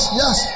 yes